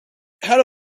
how